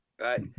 Right